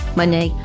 money